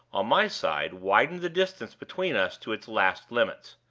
on my side, widened the distance between us to its last limits.